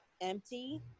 empty